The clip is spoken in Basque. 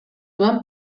zuen